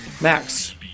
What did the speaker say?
Max